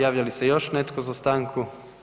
Javlja li se još netko za stanku?